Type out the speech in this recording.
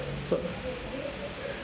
so